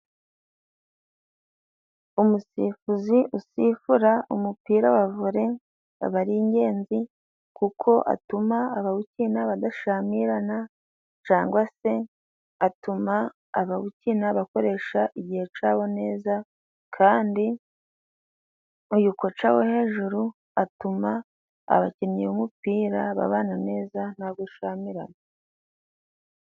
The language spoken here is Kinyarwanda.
Umusifuzi usifura umupira wa vole, aba ari ingenzi, kuko atuma abawukina badashamirana cangwa se atuma abawukina bakoresha igihe cabo neza kandi uyu koca wo hejuru atuma abakinnyi b'umupira babana neza nta gushamirana.